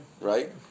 right